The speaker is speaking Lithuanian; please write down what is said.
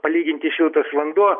palyginti šiltas vanduo